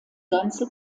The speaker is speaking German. ganze